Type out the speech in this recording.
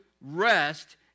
rest